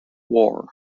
war